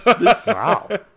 Wow